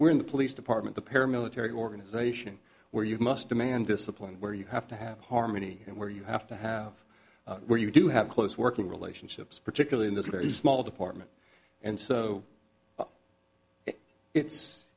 are in the police department the paramilitary organization where you must demand discipline where you have to have harmony and where you have to have where you do have close working relationships particularly in this very small department and so it's